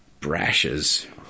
Brashes